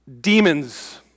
demons